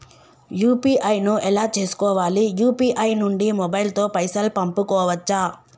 UPI ను ఎలా చేస్కోవాలి యూ.పీ.ఐ నుండి మొబైల్ తో పైసల్ పంపుకోవచ్చా?